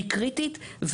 היא קריטית.